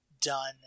done